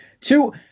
Two